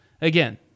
again